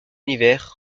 univers